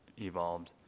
evolved